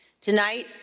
Tonight